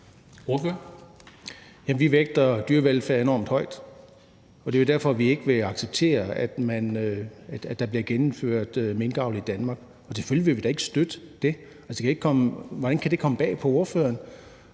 Vi vægter dyrevelfærd enormt højt, og det er jo derfor, vi ikke vil acceptere, at der bliver gennemført minkavl i Danmark, og selvfølgelig vil vi da ikke støtte det. Hvordan kan det komme bag på ordføreren?